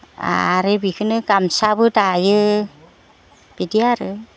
आरो बेखोनो गामसाबो दायो बिदि आरो